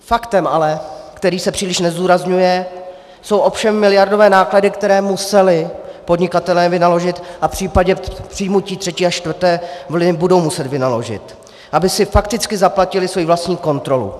Faktem, který se příliš nezdůrazňuje, jsou ovšem miliardové náklady, které museli podnikatelé vynaložit a v případě přijetí třetí a čtvrté vlny budou muset vynaložit, aby si fakticky zaplatili svoji vlastní kontrolu.